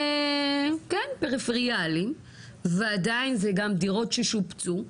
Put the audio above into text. פריפריאליים ועדיין וגם דירות ששופצו,